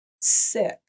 sick